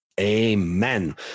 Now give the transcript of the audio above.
Amen